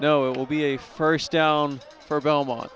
know it will be a first down for belmont